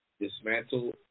dismantle